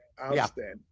Outstanding